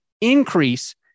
increase